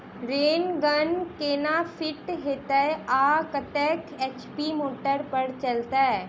Rain gun केना fit हेतइ आ कतेक एच.पी मोटर पर चलतै?